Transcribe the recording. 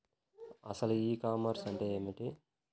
అసలు ఈ కామర్స్ అంటే ఏమిటి?